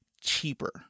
cheaper